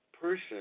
person